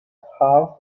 half